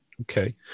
Okay